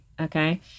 Okay